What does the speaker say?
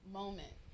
moment